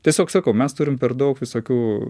tiesiog sakau mes turim per daug visokių